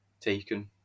taken